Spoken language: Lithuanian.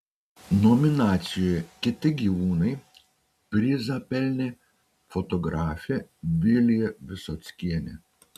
nominacijoje kiti gyvūnai prizą pelnė fotografė vilija visockienė